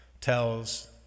tells